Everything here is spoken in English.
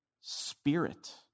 spirit